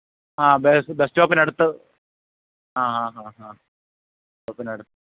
ആഹ് bus സ്റ്റോപ്പിനടുത്ത് ആഹ് ആഹ് ഹാ ഹാ സ്റ്റോപ്പിനടുത്ത്